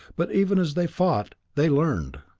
but even as they fought, they learned.